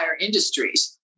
industries